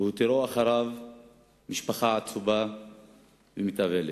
בהותירו אחריו משפחה עצובה ומתאבלת,